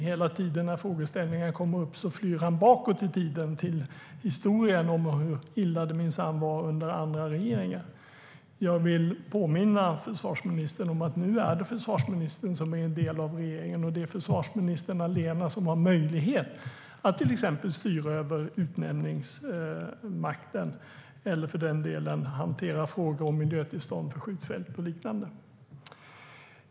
Hela tiden när frågeställningen kommer upp flyr han bakåt i tiden till historien om hur illa det minsann var under andra regeringar. Jag vill påminna försvarsministern om att det nu är han som är en del av regeringen. Det är försvarsministern allena som har möjlighet att till exempel styra över utnämningsmakten eller för den delen hantera frågor om miljötillstånd för skjutfält och liknande.